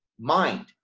mind